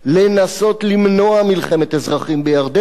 לנסות למנוע מלחמת אזרחים בירדן,